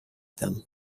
them